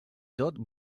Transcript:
tot